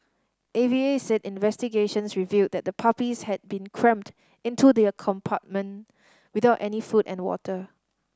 A V A said investigations revealed that the puppies had been crammed into the a compartment without any food or water